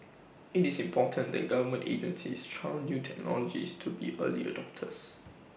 IT is important that government agencies trial new technologies to be early adopters